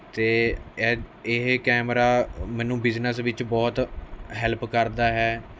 ਅਤੇ ਇਹ ਇਹ ਕੈਮਰਾ ਮੈਨੂੰ ਬਿਜ਼ਨਸ ਵਿੱਚ ਬਹੁਤ ਹੈਲਪ ਕਰਦਾ ਹੈ